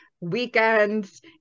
weekends